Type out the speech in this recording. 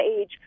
age